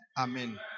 amen